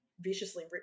viciously